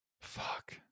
Fuck